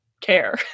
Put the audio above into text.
care